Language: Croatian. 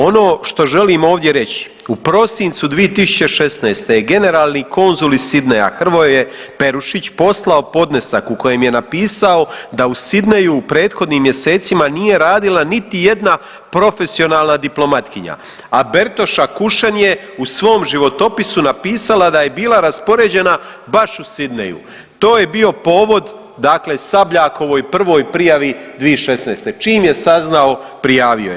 Ono što želim ovdje reći u prosincu 2016. je generalni konzul iz Sydneya Hrvoje Perušić poslao podnesak u kojem je napisao da u Sydneyu u prethodnim mjesecima nije radila niti jedna profesionalna diplomatkinja, a Bertoša Kušen je u svom životopisu napisala da je bila raspoređena baš u Sydneyu to je bio povod dakle Sabljakovoj prvoj prijavi 2016., čim je saznao prijavo je.